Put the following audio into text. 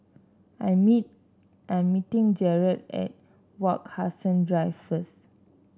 I'm I'm meeting Jerad at Wak Hassan Drive first